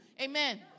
Amen